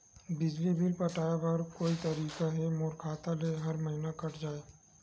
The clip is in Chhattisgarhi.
बिजली बिल पटाय बर का कोई तरीका हे मोर खाता ले हर महीना कट जाय?